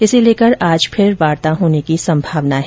इसको लेकर आज फिर वार्ता होने की संभावना है